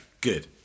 good